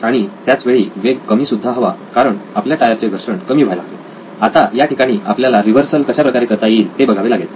आणि त्याच वेळी वेग कमी सुद्धा हवा कारण आपल्या टायरचे घर्षण कमी व्हायला हवे आता या ठिकाणी आपल्याला रिव्हर्सल कशा प्रकारे करता येईल ते बघावे लागेल